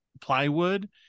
plywood